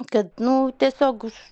kad nu tiesiog